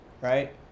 right